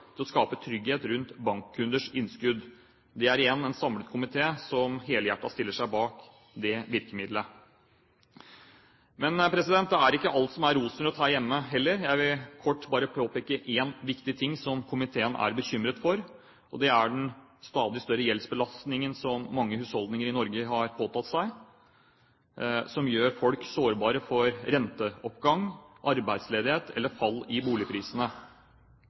til å skape trygghet rundt bankkunders innskudd. Det er igjen en samlet komité som helhjertet stiller seg bak det virkemidlet. Men det er ikke alt som er rosenrødt her hjemme heller. Jeg vil kort bare påpeke én viktig ting som komiteen er bekymret for, og det er den stadig større gjeldsbelastningen som mange husholdninger i Norge har påtatt seg, som gjør folk sårbare for renteoppgang, arbeidsledighet eller fall i boligprisene.